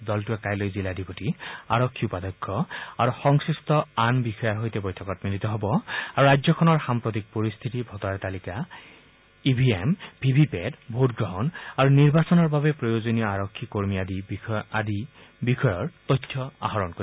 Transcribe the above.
দলটোৱে কাইলৈ জিলাধিপতি আৰক্ষী উপাধ্যক্ষ আৰু সংশ্লিষ্ট আন বিষয়াৰ সৈতে বৈঠকত মিলিত হ'ব আৰু ৰাজ্যখনৰ সাম্প্ৰতিক পৰিস্থিতি ভোটাৰ তালিকা E V M V V PAT ভোটগ্ৰহণ আৰু নিৰ্বাচনৰ বাবে প্ৰয়োজনীয় আৰক্ষী কৰ্মী আদি বিষয়ৰ তথ্য আহৰণ কৰিব